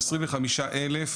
25,000 משפחות,